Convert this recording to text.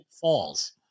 falls